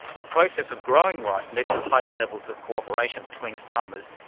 the process of growing rice led to heightened levels of cooperation between farmers,